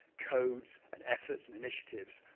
codes and efforts and initiatives.